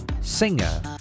singer